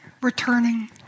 returning